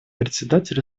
председатель